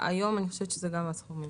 אני חושבת שאלה הסכומים.